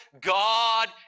God